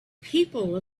people